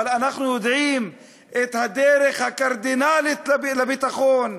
אבל אנחנו יודעים מהי הדרך הקרדינלית לביטחון,